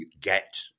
get